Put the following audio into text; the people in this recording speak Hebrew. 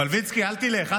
מלביצקי, אל תלך.